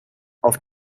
auf